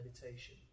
meditation